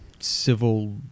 civil